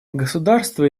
государство